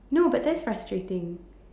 no but that's frustrating